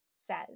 says